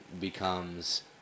becomes